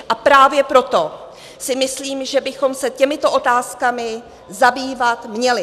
A právě proto si myslím, že bychom se těmito otázkami zabývat měli.